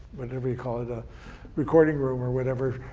whatever you call it, a recording room or whatever.